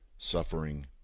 suffering